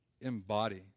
embody